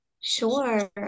Sure